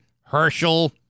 Herschel